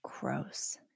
Gross